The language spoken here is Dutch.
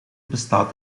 bestaat